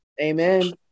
Amen